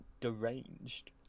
deranged